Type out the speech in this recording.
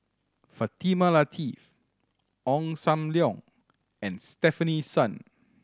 Fatimah Lateef Ong Sam Leong and Stefanie Sun